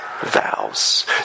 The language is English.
vows